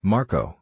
Marco